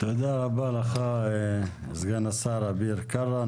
תודה רבה לסגן השר אביר קארה.